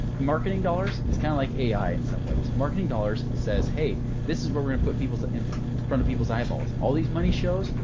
marketing dollars is kind of like ai in some ways marketing dollars says, hey, this is what we're gonna put people's in front of people's eyeballs. all these money shows,